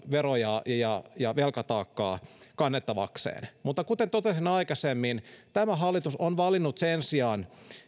vero ja ja velkataakkaa kannettavakseen mutta kuten totesin aikaisemmin tämä hallitus on valinnut sen sijaan